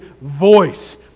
voice